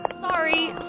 sorry